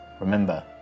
remember